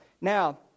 Now